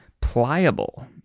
pliable